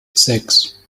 sechs